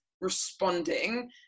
responding